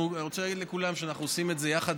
אני רוצה להגיד לכולם שאנחנו עושים את זה יחד